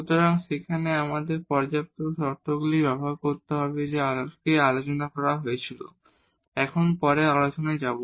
সুতরাং সেখানে আমাদের পর্যাপ্ত শর্তগুলি ব্যবহার করতে হবে যা আগে আলোচনা করা হয়েছিল এখন পরের আলোচনায় যাব